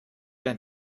dein